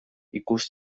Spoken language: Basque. ikus